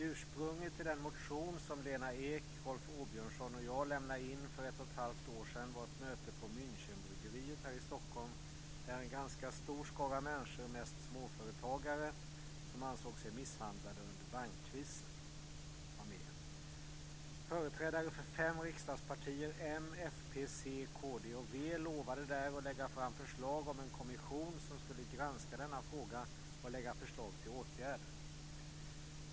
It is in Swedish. Ursprunget till den motion som Lena Ek, Rolf Åbjörnsson och jag väckte för ett och ett halvt år sedan var ett möte på Münchenbryggeriet i Stockholm där en ganska stor skara människor - mest småföretagare - som ansåg sig misshandlade under bankkrisen var med. Företrädare för fem riksdagspartier - m, fp, c, kd och v - lovade där att lägga fram förslag om en kommission som skulle granska denna fråga och lägga fram förslag till åtgärder.